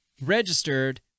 registered